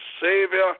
Savior